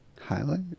Highlight